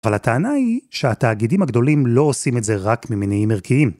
‫אבל הטענה היא שהתאגידים הגדולים ‫לא עושים את זה רק ממניעים ערכיים.